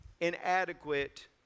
inadequate